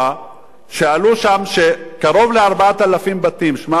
שקרוב ל-4,000 בתים, שמע, אדוני היושב-ראש,